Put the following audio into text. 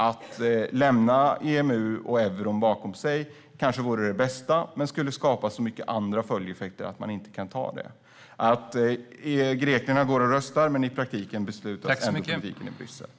Att lämna EMU och euron bakom sig kanske vore det bästa, men det skulle skapa så mycket andra följdeffekter att man inte kan göra det. Grekerna går och röstar, men i praktiken beslutas politiken i Bryssel.